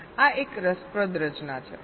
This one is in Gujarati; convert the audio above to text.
આ એક રસપ્રદ રચના છે